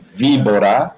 vibora